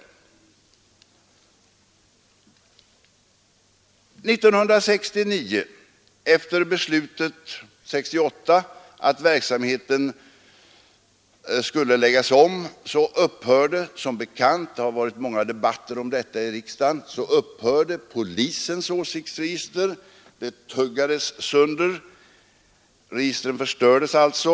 År 1969, efter beslutet 1968 att verksamheten skulle läggas om, upphörde som bekant — det har varit många debatter i riksdagen om det — polisens åsiktsregister. Det tuggades sönder — registren förstördes alltså.